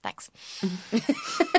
Thanks